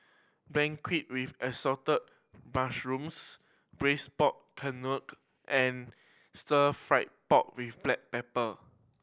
beancurd with Assorted Mushrooms Braised Pork Knuckle and Stir Fry pork with black pepper